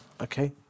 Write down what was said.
Okay